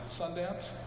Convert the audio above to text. Sundance